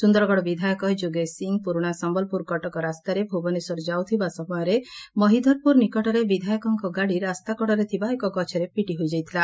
ସୁନ୍ଦରଗଡ଼ ବିଧାୟକ ଯୋଗେଶ ସିଂ ପୁରୁଶା ସମ୍ୟଲପୁର କଟକ ରାସ୍ତାରେ ଭୁବନେଶ୍ୱର ଯାଉଥିବା ସମୟରେ ମହିଧରପୁର ନିକଟରେ ବିଧାୟକଙ୍ଙ ଗାଡ଼ି ରାସ୍ତାକଡ଼ରେ ଥିବା ଏକ ଗଛରେ ପିଟି ହୋଇଯାଇଥିଲା